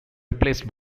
replaced